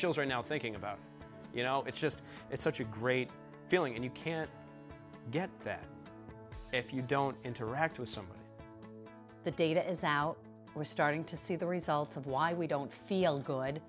children now thinking about you know it's just it's such a great feeling and you can't get that if you don't interact with some of the data is out we're starting to see the results of why we don't feel good